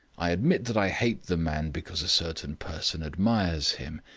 i admit that i hate the man because a certain person admires him.